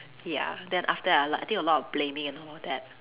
ya then after that I l~ I think a lot of blaming and all that